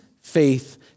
faith